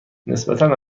نسبتا